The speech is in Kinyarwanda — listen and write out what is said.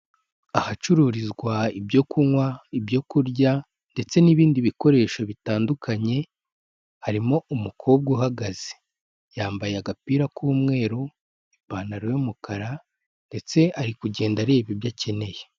Ahacururizwa ibyo kunywa, ibyo kurya ndetse n'ibindi bikoresho bitandukanye, harimo umukobwa uhagaze. Yambaye agapira k'umweru, ipantaro y'umukara ndetse ari kugenda areba ibyo akeneye.